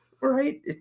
right